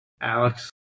Alex